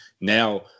now